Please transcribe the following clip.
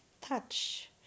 touch